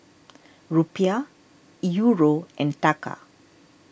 Rupiah Euro and Taka